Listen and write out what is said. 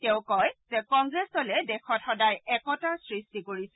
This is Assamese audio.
তেওঁ কয় যে কংগ্ৰেছ্ দলে দেশত সদায় একতাৰ সৃষ্টি কৰিছিল